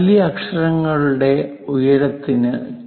വലിയ അക്ഷരങ്ങളുടെ ഉയരത്തിനു 2